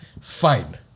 Fine